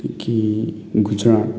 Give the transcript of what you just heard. ꯑꯗꯒꯤ ꯒꯨꯖꯔꯥꯠ